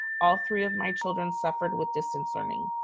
all three of my children suffered with distance learning.